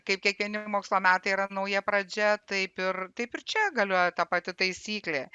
kaip kiekvieni mokslo metai yra nauja pradžia taip ir taip ir čia galioja ta pati taisyklė